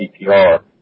CPR